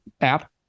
app